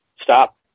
stop